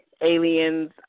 aliens